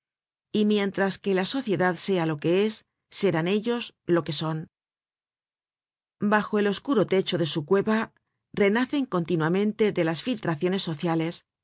y mientras que la sociedad sea lo que es serán ellos lo que son bajo el oscuro techo de su cueva renacen continuamente de las filtraciones sociales